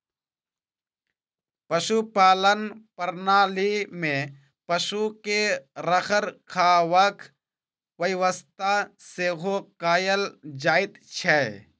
पशुपालन प्रणाली मे पशु के रखरखावक व्यवस्था सेहो कयल जाइत छै